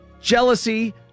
jealousy